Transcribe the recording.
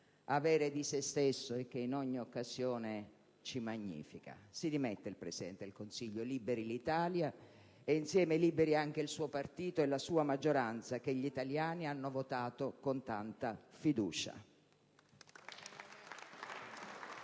avere di se stesso e che in ogni occasione ci magnifica: si dimetta il Presidente del Consiglio, liberi l'Italia e insieme liberi anche il suo partito e la sua maggioranza, che gli italiani hanno votato con tanta fiducia.